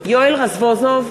יואל רזבוזוב,